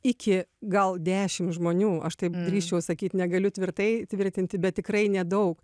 iki gal dešim žmonių aš taip drįsčiau sakyt negaliu tvirtai tvirtinti bet tikrai nedaug